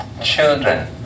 children